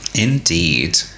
Indeed